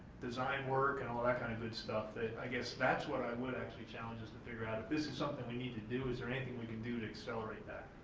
design work and all that kind of good stuff that i guess that's what i would actually challenge us to figure out. if this is something we need to, is there anything we can do to accelerate that?